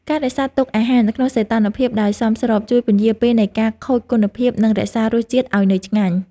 ការរក្សាទុកអាហារនៅក្នុងសីតុណ្ហភាពដែលសមស្របជួយពន្យារពេលនៃការខូចគុណភាពនិងរក្សារសជាតិឱ្យនៅឆ្ងាញ់។